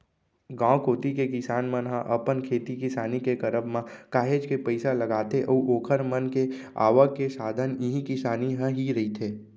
गांव कोती के किसान मन ह अपन खेती किसानी के करब म काहेच के पइसा लगाथे अऊ ओखर मन के आवक के साधन इही किसानी ह ही रहिथे